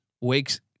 wakes